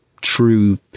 true